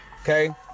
okay